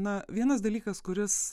na vienas dalykas kuris